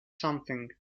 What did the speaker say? something